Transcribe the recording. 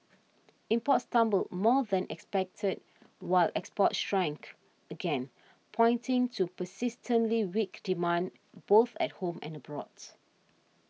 imports tumbled more than expected while exports shrank again pointing to persistently weak demand both at home and abroads